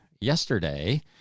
yesterday